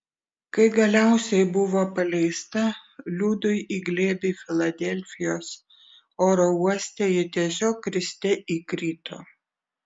kai galiausiai buvo paleista liudui į glėbį filadelfijos oro uoste ji tiesiog kriste įkrito